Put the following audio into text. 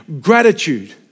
gratitude